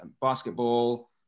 basketball